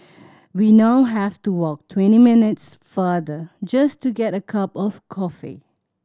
we now have to walk twenty minutes farther just to get a cup of coffee